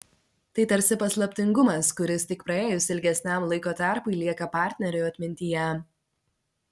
tai tarsi paslaptingumas kuris tik praėjus ilgesniam laiko tarpui lieka partnerių atmintyje